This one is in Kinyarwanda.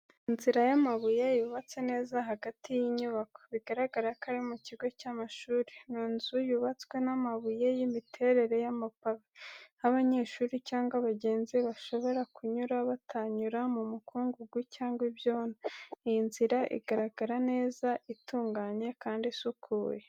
Inzira y’amabuye yubatse neza hagati y’inyubako, bigaragara ko ari mu kigo cy’amashuri. Ni inzira yubatswe n’amabuye y’imiterere y'amapave, aho abanyeshuri cyangwa abagenzi bashobora kunyura batanyura mu mukungugu cyangwa ibyondo. Iyi nzira igaragara neza, itunganye kandi isukuye.